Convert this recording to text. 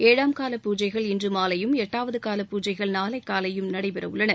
ஏழாம் கால பூஜைகள் இன்று மாலையும் எட்டாவது கால பூஜைகள் நாளை காலையும் நடைபெற உள்ளன